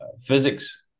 physics